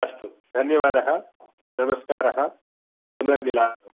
अस्तु धन्यवादः नमस्कारः पुनर्मिलामः